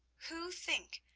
who think,